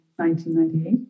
1998